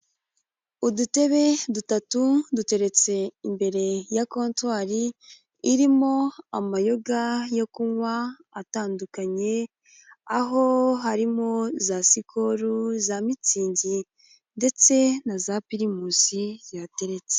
Udutebe dutatu duteretse imbere ya kotwari, irimo amayoga yo kunywa atandukanye, aho harimo iza sikoro za mitsingi ndetse na za pirimusi zihateretse.